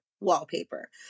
wallpaper